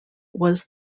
was